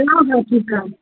हा हा ठीकु आहे